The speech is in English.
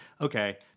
Okay